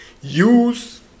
use